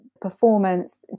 performance